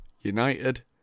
United